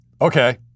Okay